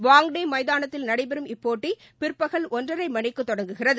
வாங்டேமைதானத்தில் நடைபெறும் இப்போட்டிபிற்பகல் ஒன்றரைமணிக்குதொடங்குகிறது